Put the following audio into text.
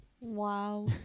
Wow